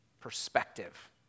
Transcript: perspective